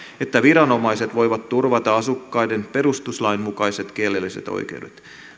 että viranomaiset voivat turvata asukkaiden perustuslain mukaiset kielelliset oikeudet